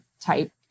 type